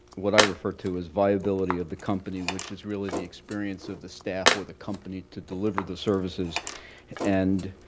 what i refer to as viability of the company, which is really the experience of the staff or the company to deliver the services and,